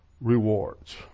rewards